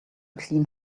clean